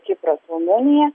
kipras rumunija